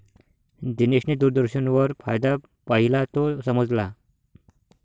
दिनेशने दूरदर्शनवर फायदा पाहिला, तो समजला